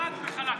חד וחלק.